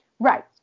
Right